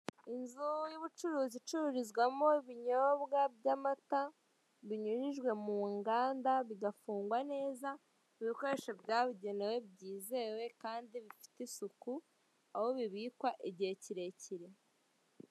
Inzu y'ubucuruzi icururizwamo ibinyobwa by'amata, binyujijwe mu nganda bigafungwa neza ibikoresho byabugenewe byizewe kandi bifite isuku aho bibikwa igihe kirekire.